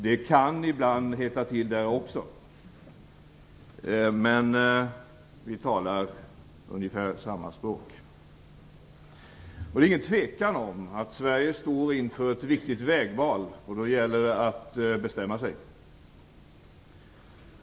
Det kan ibland hetta till, men vi talar ungefär samma språk. Det råder inga tvivel om att Sverige står inför ett viktigt vägval, och då gäller det att bestämma sig.